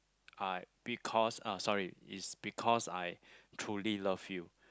I because uh sorry it's because I truly love you